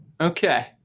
Okay